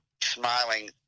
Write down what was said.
smiling